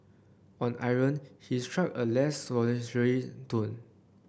on Iran his struck a less conciliatory tone